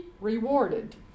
rewarded